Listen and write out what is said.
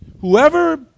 whoever